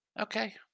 Okay